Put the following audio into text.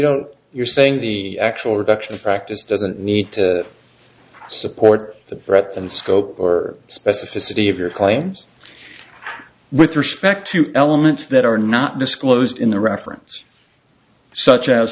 know you're saying the actual reduction of practice doesn't need to support the breadth and scope or specificity of your claims with respect to elements that are not disclosed in the reference such as